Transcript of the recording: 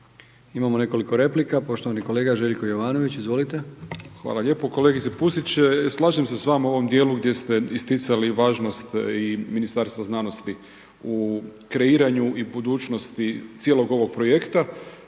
Imamo nekoliko replika, poštovani kolega Željko Jovanović, izvolite. **Jovanović, Željko (SDP)** Hvala lijepo. Kolegice Pusić, slažem se sa vama u ovom dijelu gdje ste isticali važnost i Ministarstva znanosti u kreiranju i budućnosti cijelog ovog projekta.